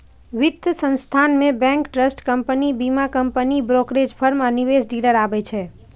वित्त संस्थान मे बैंक, ट्रस्ट कंपनी, बीमा कंपनी, ब्रोकरेज फर्म आ निवेश डीलर आबै छै